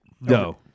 No